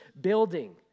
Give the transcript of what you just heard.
building